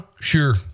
sure